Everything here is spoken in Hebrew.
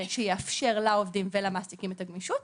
שיאפשר לעובדים ולמעסיקים את הגמישות,